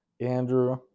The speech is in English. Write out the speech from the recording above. Andrew